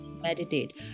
meditate